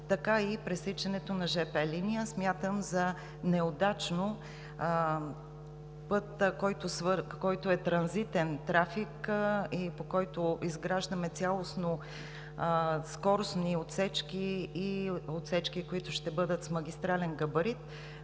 така и пресичането на жп линията. Смятам за неудачно път, който е за транзитен трафик и по който изграждаме цялостно скоростни отсечки и такива, които ще бъдат с магистрален габарит,